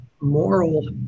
moral